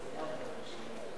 גברתי היושבת